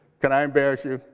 can i embarrass you?